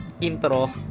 intro